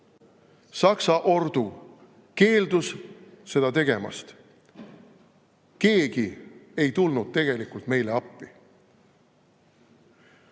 Saksa ordu keeldus seda tegemast. Keegi ei tulnud meile appi.